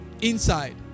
inside